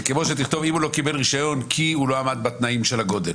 זה כמו שתכתוב שהוא לא קיבל רישיון כי הוא לא עמד בתנאים של הגודל.